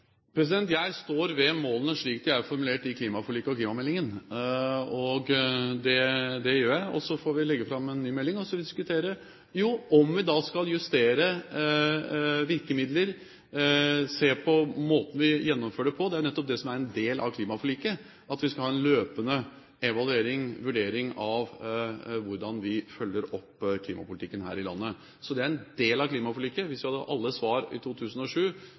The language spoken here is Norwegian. Jeg står ved målene slik de er formulert i klimaforliket og i klimameldingen, det gjør jeg. Så får vi legge fram en ny melding og så diskutere om vi skal justere virkemidler, se på måten vi gjennomfører det på. At vi skal ha en løpende evaluering, vurdering, av hvordan vi følger opp klimapolitikken her i landet, er en del av klimaforliket. Hvis vi hadde hatt alle svar i 2007,